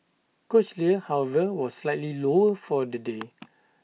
cochlear however was slightly lower for the day